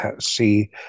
see